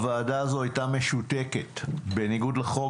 הוועדה הזו הייתה משותקת בניגוד לחוק.